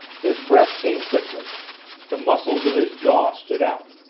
his breath came quickly the muscles of his jaw stood out.